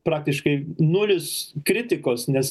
praktiškai nulis kritikos nes